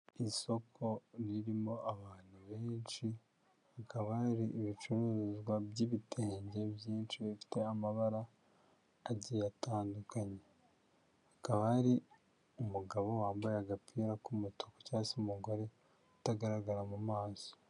Isoko ririmo abantu benshi, hakaba hari ibicuruzwa by'ibitenge byinshi bifite amabara agiye atandukanye, hakaba hari umugabo wambaye agapira k'umutuku cyangwa se umugore utagaragara mu maso.